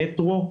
מטרו,